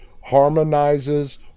harmonizes